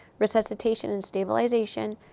resuscitation, and stabilization.